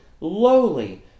lowly